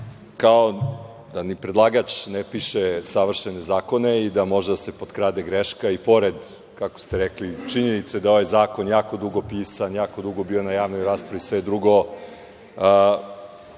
da ni predlagač ne piše savršene zakone i da može da se potkrade greška i pored, kako ste rekli, činjenice da ovaj zakon jako dugo pisan, jako dugo bio na javnoj raspravi i sve drugo.